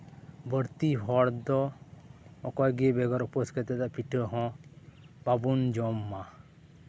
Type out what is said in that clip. ᱵᱟᱹᱲᱛᱤ ᱦᱚᱲ ᱫᱚ ᱚᱠᱚᱭᱜᱮ ᱵᱮᱜᱚᱨ ᱩᱯᱟᱹᱥ ᱠᱟᱛᱮᱫ ᱫᱚ ᱯᱤᱴᱷᱟᱹ ᱦᱚᱸ ᱵᱟᱵᱚᱱ ᱡᱚᱢᱟ